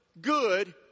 good